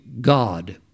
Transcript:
God